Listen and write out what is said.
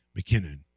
McKinnon